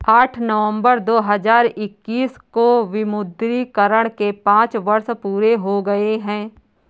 आठ नवंबर दो हजार इक्कीस को विमुद्रीकरण के पांच वर्ष पूरे हो गए हैं